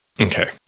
Okay